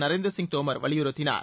நரேந்திர சிங் தோமர் வலியுறுத்தினார்